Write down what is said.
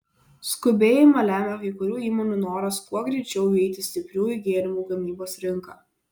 skubėjimą lemia kai kurių įmonių noras kuo greičiau įeiti į stipriųjų gėrimų gamybos rinką